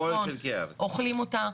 אוכלים אותה?